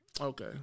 okay